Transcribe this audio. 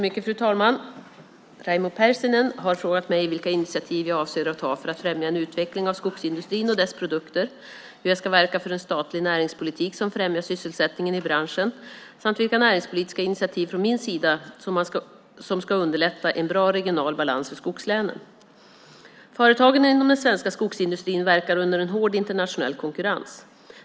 Fru talman! Raimo Pärssinen har frågat mig vilka initiativ jag avser att ta för att främja en utveckling av skogsindustrin och dess produkter, hur jag ska verka för en statlig näringspolitik som främjar sysselsättningen i branschen samt vilka näringspolitiska initiativ från min sida som ska underlätta en bra regional balans för skogslänen. Företagen inom den svenska skogsindustrin verkar under hård internationell konkurrens.